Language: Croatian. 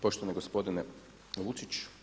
Poštovani gospodine Lučić.